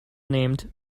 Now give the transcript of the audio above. named